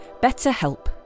BetterHelp